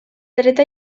dreta